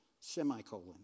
semicolon